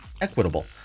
equitable